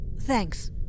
Thanks